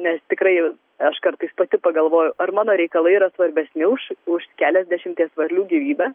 nes tikrai aš kartais pati pagalvoju ar mano reikalai yra svarbesni už už keliasdešimties varlių gyvybę